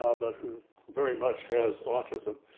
ah but who very much has autism,